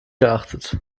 geachtet